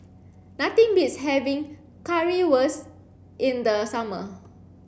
nothing beats having Currywurst in the summer